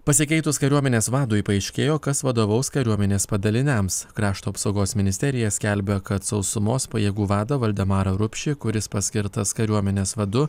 pasikeitus kariuomenės vadui paaiškėjo kas vadovaus kariuomenės padaliniams krašto apsaugos ministerija skelbia kad sausumos pajėgų vadą valdemarą rupšį kuris paskirtas kariuomenės vadu